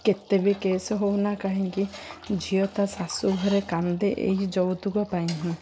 କେତେ ବି କେସ୍ ହଉ ନା କାହିଁକି ଝିଅ ତା ଶାଶୁଘରେ କାନ୍ଦେ ଏହି ଯୌତୁକ ପାଇଁ ହିଁ